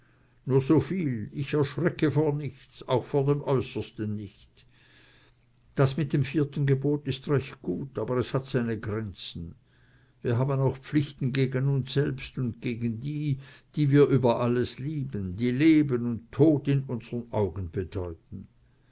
nur soviel ich erschrecke vor nichts auch vor dem äußersten nicht das mit dem vierten gebot ist recht gut aber es hat seine grenzen wir haben auch pflichten gegen uns selbst und gegen die die wir über alles lieben die leben und tod in unseren augen bedeuten